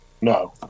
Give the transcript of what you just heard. No